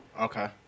Okay